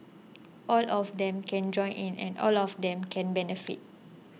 all of them can join in and all of them can benefit